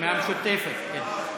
מהמשותפת, כן.